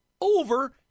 over